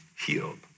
healed